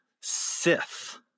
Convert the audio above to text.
Sith